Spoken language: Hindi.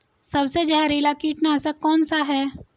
सबसे जहरीला कीटनाशक कौन सा है?